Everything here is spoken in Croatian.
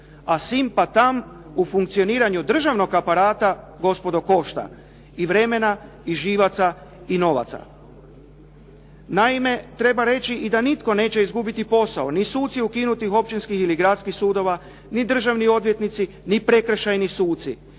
A sim, pa tam u funkcioniranju državnog aparata gospodo košta i vremena i živaca i novaca. Naime, treba reći i da nitko neće izgubiti posao. Ni suci ukinutih općinskih ili gradskih sudova, ni državni odvjetnici, ni prekršajni suci.